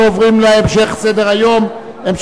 אנחנו עוברים להצעת חוק דמי